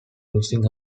losing